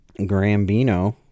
grambino